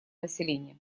населения